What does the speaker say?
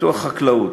פיתוח חקלאות,